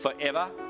forever